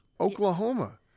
Oklahoma